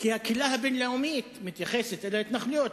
כי הקהילה הבין-לאומית מתייחסת אל ההתנחלויות,